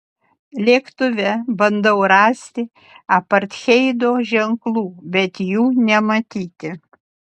lėktuve bandau rasti apartheido ženklų bet jų nematyti